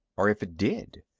or if it did?